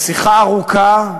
לשיחה ארוכה.